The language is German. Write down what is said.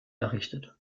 errichtet